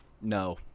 No